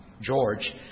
George